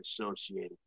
associated